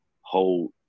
hold